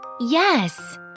Yes